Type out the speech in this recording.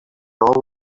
all